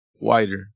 wider